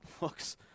looks